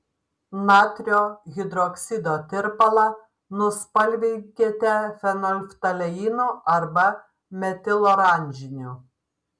natrio hidroksido tirpalą nuspalvinkite fenolftaleinu arba metiloranžiniu